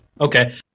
Okay